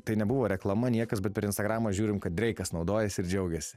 tai nebuvo reklama niekas bet per instagramą žiūrim kad dreikas naudojasi ir džiaugėsi